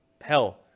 hell